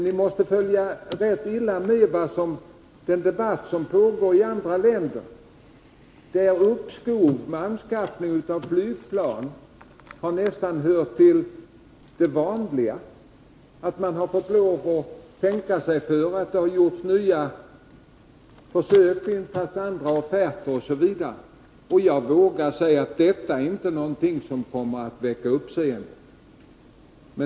Ni måste följa rätt illa med i den debatt som pågår i andra länder, där uppskov med anskaffning av flygplan nästan hör till det vanliga. Man får lov att tänka sig för, man gör nya försök, tar fram nya offerter osv. Jag vill påstå att ett uppskov hos oss inte kommer att väcka uppseende.